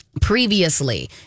previously